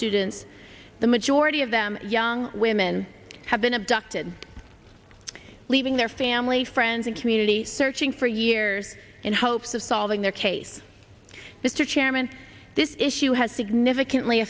students the majority of them young women have been abducted leaving their family friends and community searching for years in hopes of solving their case mr chairman this issue has significantly